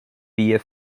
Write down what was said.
beer